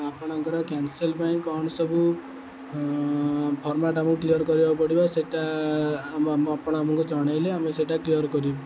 ଆପଣଙ୍କର କ୍ୟାନସଲ୍ ପାଇଁ କ'ଣ ସବୁ ଫର୍ମାଟ୍ ଆମକୁ କ୍ଲିୟର୍ କରିବାକୁ ପଡ଼ିବ ସେଟା ଆପଣ ଆମକୁ ଜଣାଇଲେ ଆମେ ସେଇଟା କ୍ଲିୟର୍ କରିବୁ